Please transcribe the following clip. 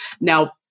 Now